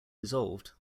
dissolved